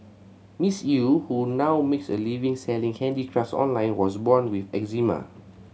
Miss Eu who now makes a living selling handicraft online was born with eczema